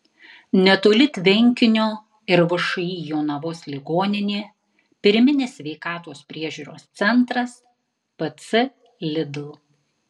netoli tvenkinio ir všį jonavos ligoninė pirminės sveikatos priežiūros centras pc lidl